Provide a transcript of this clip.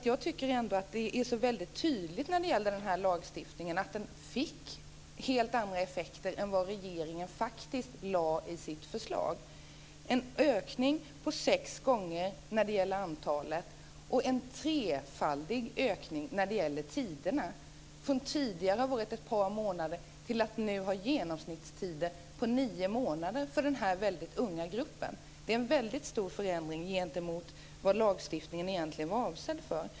Jag tycker att det är så väldigt tydligt att den här lagstiftningen fick helt andra effekter än vad regeringen faktiskt lade i sitt förslag - en ökning på sex gånger när det gäller antalet, och en trefaldig ökning när det gäller tiderna. Från tidigare ett par månader till genomsnittstider på nio månader för den här unga gruppen är en väldigt stor förändring jämfört med vad avsikten med lagstiftningen egentligen var.